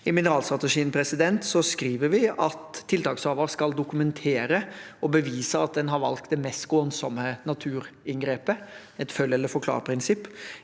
I mineralstrategien skriver vi at tiltakshaver skal dokumentere og bevise at en har valgt det mest skånsomme naturinngrepet, et følg eller forklar-prinsipp.